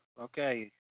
Okay